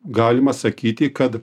galima sakyti kad